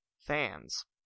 Fans